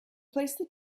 placed